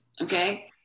okay